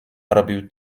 robił